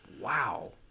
Wow